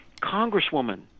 Congresswoman